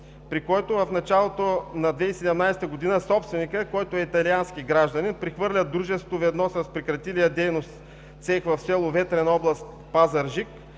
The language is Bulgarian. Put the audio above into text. при който в началото на 2017 г. собственикът, който е италиански гражданин, прехвърля дружеството заедно с прекратилия дейност цех в село Ветрен, област Пазарджик